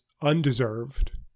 undeserved